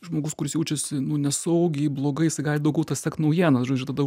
žmogus kuris jaučiasi nu nesaugiai blogai jisai gali daugiau tas sekt naujienas žodžiu tada